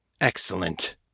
excellent